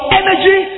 energy